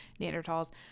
Neanderthals